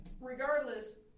regardless